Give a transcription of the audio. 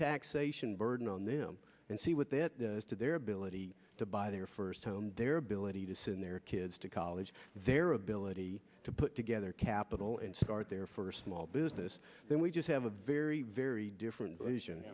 taxation burden on them and see what they have to their ability to buy their first home their ability to send their kids to college their ability to put together cash but all in start there for small business then we just have a very very different vision